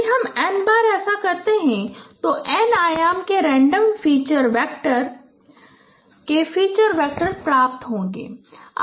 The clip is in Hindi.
यदि हम n बार ऐसा करते हैं तो n आयाम के रैंडम फीचर वेक्टर के फीचर वेक्टर प्राप्त होगें